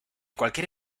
cualquier